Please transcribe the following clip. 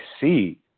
see